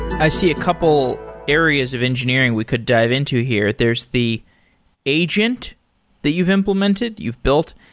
i see a couple areas of engineering we could dive into here. there's the agent that you've implemented, you've built,